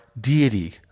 deity